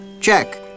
check